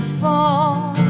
fall